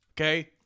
Okay